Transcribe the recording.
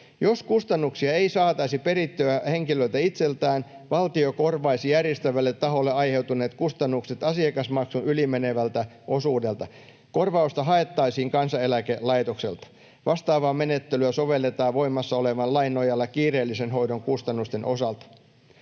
Jos kustannuksia ei saataisi perittyä henkilöltä itseltään, valtio korvaisi järjestävälle taholle aiheutuneet kustannukset asiakasmaksun ylimenevältä osuudelta. Korvausta haettaisiin Kansaneläkelaitokselta. Vastaavaa menettelyä sovelletaan voimassa olevan lain nojalla kiireellisen hoidon kustannusten osalta.